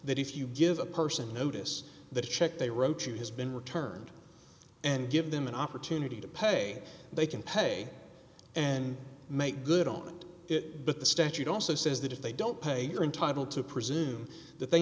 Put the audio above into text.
that if you give a person notice that check they wrote you has been returned and give them an opportunity to pay they can pay and make good on it but the statute also says that if they don't pay your entitle to presume that they